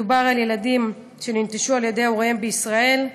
מדובר על ילדים שננטשו על-ידי הוריהם בישראל,